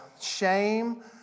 shame